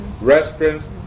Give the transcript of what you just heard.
restaurants